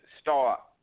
start